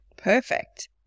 Perfect